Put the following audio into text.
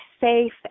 safe